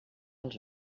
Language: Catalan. els